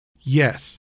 Yes